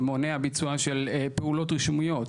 ומונע ביצוע של פעולות רישומיות.